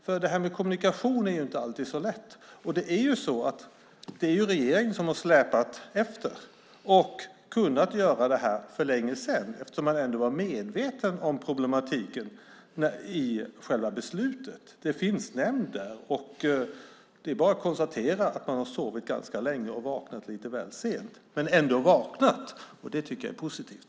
För det här med kommunikation är inte alltid så lätt, och det är ju så att det är regeringen som har släpat efter och hade kunnat göra det här för länge sedan eftersom man ändå var medveten om problematiken i själva beslutet. Den finns nämnd där, och det är bara att konstatera att man har sovit ganska länge och vaknat lite väl sent. Men man har ändå vaknat, och det tycker jag är positivt!